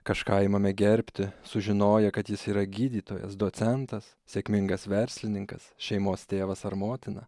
kažką imame gerbti sužinoję kad jis yra gydytojas docentas sėkmingas verslininkas šeimos tėvas ar motina